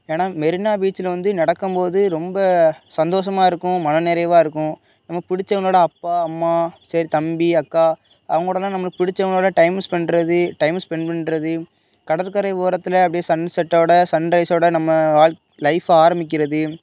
ஏன்னால் மெரினா பீச்சியில் வந்து நடக்கும் போது ரொம்ப சந்தோசமாக இருக்கும் மனநிறைவாக இருக்கும் நம்ம பிடிச்சவங்களோட அப்பா அம்மா சரி தம்பி அக்கா அவங்களோடயலாம் நம்ம பிடிச்சவங்களோட டைம் ஸ்பென்றது டைம் ஸ்பென் பண்ணுறது கடற்கரை ஓரத்தில் அப்டி சன் செட்டோடய சன் ரெய்சோடய நம்ம வாழ் லைஃப்பை ஆரம்பிக்கிறது